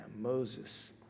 Moses